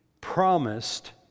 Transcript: promised